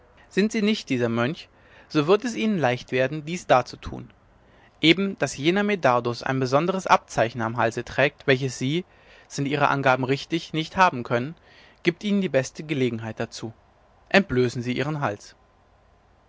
sind sie nicht dieser mönch so wird es ihnen leicht werden dies darzutun eben daß jener medardus ein besonderes abzeichen am halse trägt welches sie sind ihre angaben richtig nicht haben können gibt ihnen die beste gelegenheit dazu entblößen sie ihren hals